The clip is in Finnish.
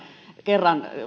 kerran